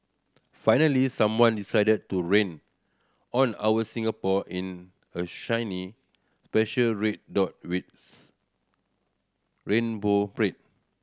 finally someone decided to rain on our Singapore in a shiny special red dot with rainbow parade